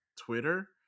Twitter